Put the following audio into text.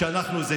כשאנחנו מציעים,